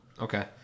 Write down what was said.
Okay